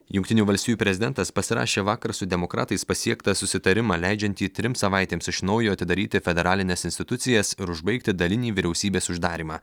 jungtinių valstijų prezidentas pasirašė vakar su demokratais pasiektą susitarimą leidžiantį trims savaitėms iš naujo atidaryti federalines institucijas ir užbaigti dalinį vyriausybės uždarymą